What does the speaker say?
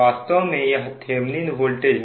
वास्तव में यह थेभनिन वोल्टेज है